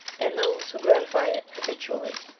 and those who gratify it habitually,